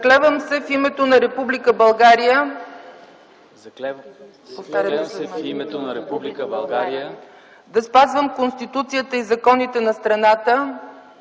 „Заклевам се в името на Република България да спазвам Конституцията и законите на страната